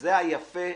זה היפה.